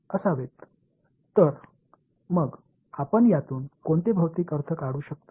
எனவே இதை நான் மறுசீரமைத்தால் இதை மறுசீரமைக்க தேவையில்லை